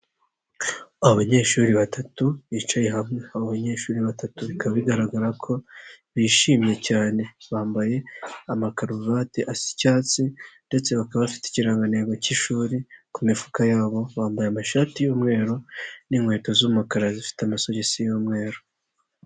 Abanyeshuri batatu bicaye hamwe abo banyeshuri batatu bikaba bigaragara ko bishimye cyane, bambaye amakaruvati asa icyatsi ndetse bakaba bafite ikirangantego k'ishuri ku mifuka yabo, bambaye amashati y'umweru n'inkweto z'umukara zifite amasogisi y'umweru.